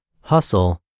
Hustle